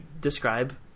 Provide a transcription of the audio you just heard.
describe